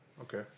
okay